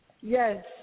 Yes